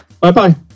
Bye-bye